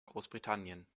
großbritannien